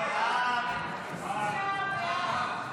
הצעת סיעות ישראל ביתנו,